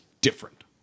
different